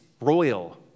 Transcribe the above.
royal